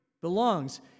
belongs